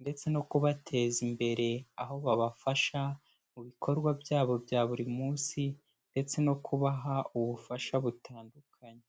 ndetse no kubateza imbere. Aho babafasha mu bikorwa byabo bya buri munsi ndetse no kubaha ubufasha butandukanye.